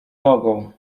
nogą